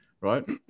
right